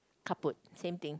kaput same thing